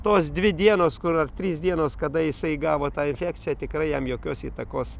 tos dvi dienos kur ar trys dienos kada jisai gavo tą infekciją tikrai jam jokios įtakos